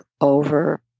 over